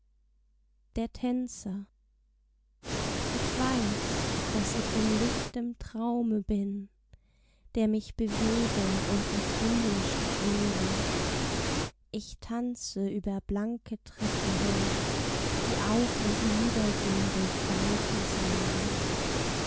der tänzer ich weiß daß ich in lichtem traume bin der mich bewege und mich himmlisch quäle ich tanze über blanke treppen hin die auf und nieder gehn durch weite